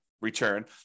Return